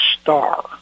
Star